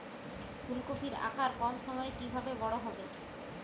ফুলকপির আকার কম সময়ে কিভাবে বড় হবে?